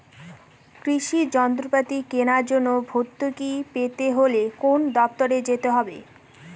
কৃষি যন্ত্রপাতি কেনার জন্য ভর্তুকি পেতে হলে কোন দপ্তরে যেতে হবে?